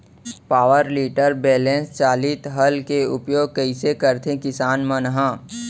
Power tiller बैलेंस चालित हल के उपयोग कइसे करथें किसान मन ह?